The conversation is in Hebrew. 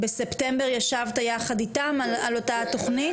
בספטמבר ישבת יחד איתם על אותה התוכנית?